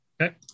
Okay